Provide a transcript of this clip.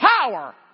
power